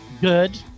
good